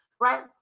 right